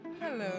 Hello